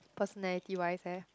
personality wise leh